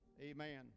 Amen